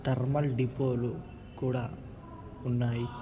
thermal డిపోలు కూడా ఉన్నాయి